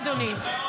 תודה, אדוני.